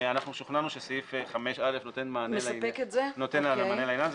שוכנענו שסעיף 5(א) נותן מענה לעניין הזה